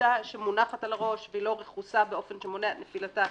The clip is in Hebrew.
קסדה שמונחת על הראש ואינה רכוסה באופן שמונע את נפילתה,